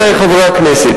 עמיתי חברי הכנסת,